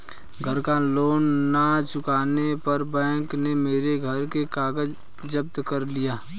घर का लोन ना चुकाने पर बैंक ने मेरे घर के कागज जप्त कर लिए